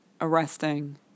arresting